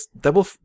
double